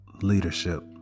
leadership